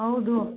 ಹೌದು